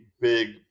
big